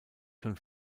schon